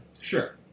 Sure